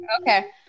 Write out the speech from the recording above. okay